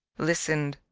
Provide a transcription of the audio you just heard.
listened.